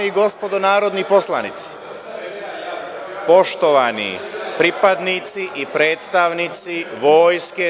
Dame i gospodo narodni poslanici, poštovani pripadnici i predstavnici Vojske.